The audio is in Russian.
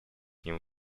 ним